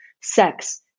sex